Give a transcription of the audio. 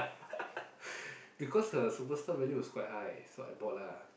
because the superstar value was quite high so I bought lah